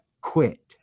quit